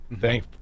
Thank